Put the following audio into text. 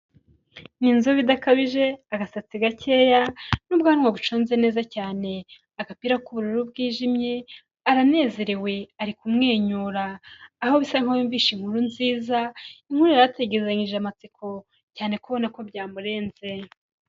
Ni inzobe idakabije, agasatsi gakeya n'ubwanwa buconze neza cyane, agapira k'ubururu bwijimye aranezerewe ari kumwenyura aho bisa nkaho yumviseshe inkuru nziza, inkuru yarategerezanyije amatsiko cyane. Urabonako byamurenze.